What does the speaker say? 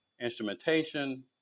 instrumentation